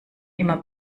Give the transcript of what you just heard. immer